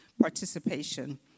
participation